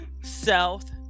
South